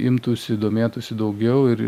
imtųsi domėtųsi daugiau ir